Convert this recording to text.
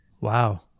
Wow